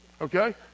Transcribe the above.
Okay